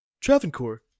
Travancore